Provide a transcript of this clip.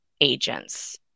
agents